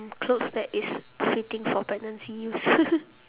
clothes that is fitting for pregnancy use